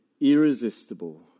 irresistible